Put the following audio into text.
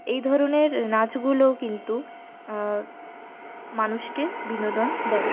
এই ধরনের নাচগুলোও কিন্তু মানুষকে বিনোদন দেয়